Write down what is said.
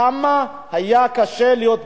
כמה היה קשה להיות בסודן.